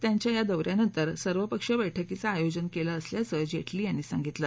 त्यांच्या या दौऱ्यानंतर सर्वपक्षीय बैठकीचं आयोजन केलं असल्याचं जेटली यांनी सांगितलं